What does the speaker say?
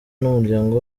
n’umuryango